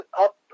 up